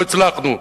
לא הצלחנו.